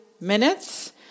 minutes